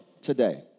today